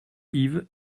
yves